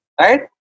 right